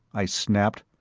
i snapped,